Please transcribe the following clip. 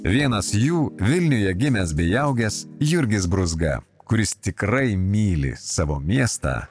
vienas jų vilniuje gimęs bei augęs jurgis brūzga kuris tikrai myli savo miestą